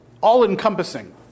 all-encompassing